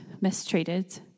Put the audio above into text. mistreated